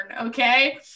okay